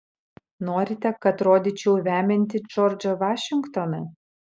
norite kad rodyčiau vemiantį džordžą vašingtoną